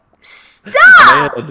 Stop